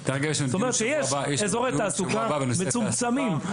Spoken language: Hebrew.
זאת אומרת שיש אזורי תעסוקה מצומצמים.